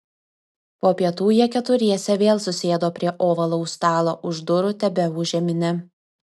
po pietų jie keturiese vėl susėdo prie ovalaus stalo už durų tebeūžė minia